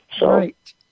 Right